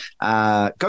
Go